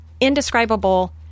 indescribable